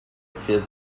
fils